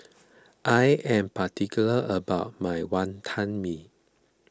I am particular about my Wantan Mee